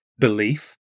belief